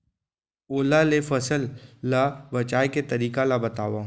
ओला ले फसल ला बचाए के तरीका ला बतावव?